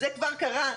זה כבר קרה.